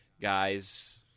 guys